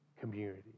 community